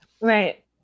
right